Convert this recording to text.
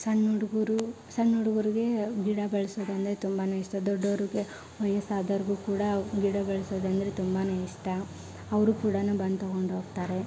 ಸಣ್ಣ ಹುಡುಗರು ಸಣ್ಣ ಹುಡುಗರಿಗೆ ಗಿಡ ಬೆಳೆಸೋದಂದ್ರೆ ತುಂಬ ಇಷ್ಟ ದೊಡ್ಡವ್ರಿಗೆ ವಯಸ್ಸಾದವ್ರಿಗೂ ಕೂಡ ಗಿಡ ಬೆಳೆಸೋದಂದ್ರೆ ತುಂಬ ಇಷ್ಟ ಅವರು ಕೂಡಾನೂ ಬಂದು ತಗೊಂಡೋಗ್ತಾರೆ